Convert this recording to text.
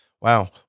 Wow